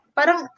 Parang